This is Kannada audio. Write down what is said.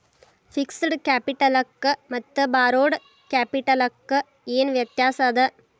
ಫಿಕ್ಸ್ಡ್ ಕ್ಯಾಪಿಟಲಕ್ಕ ಮತ್ತ ಬಾರೋಡ್ ಕ್ಯಾಪಿಟಲಕ್ಕ ಏನ್ ವ್ಯತ್ಯಾಸದ?